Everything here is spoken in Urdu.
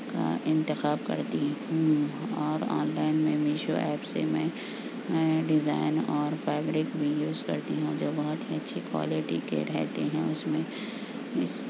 کا انتخاب کرتی ہوں اور آن لائن میں میشو ایپ سے میں ڈیزائن اور فیبرک بھی یوز کرتی ہوں جو بہت ہی اچھے کوالٹی کے رہتے ہیں اس میں اس